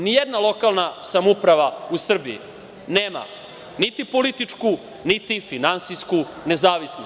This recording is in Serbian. Ni jedna lokalna samouprava u Srbiji nema niti političku, niti finansijsku nezavisnost.